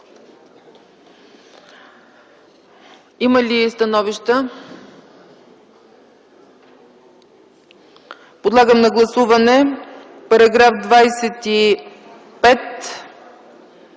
Има ли становища? Подлагам на гласуване § 25